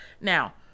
Now